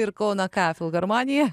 ir kauno ką filharmonija